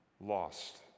lost